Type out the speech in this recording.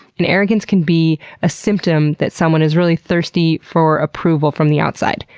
and arrogance can be a symptom that someone is really thirsty for approval from the outside.